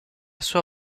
sua